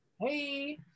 Hey